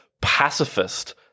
pacifist